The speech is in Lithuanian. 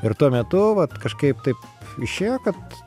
ir tuo metu vat kažkaip taip išėjo kad